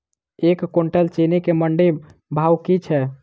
एक कुनटल चीनी केँ मंडी भाउ की छै?